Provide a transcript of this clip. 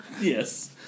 Yes